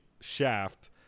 shaft